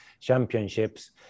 championships